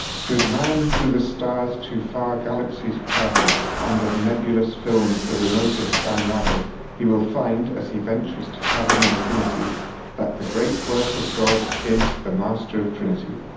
should man through the stars to far galaxies traveland and of nebulous films the remotest unravel he will find, as he ventures to fathom infinity that the great work of god is the master of trinity.